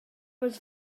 was